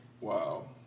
Wow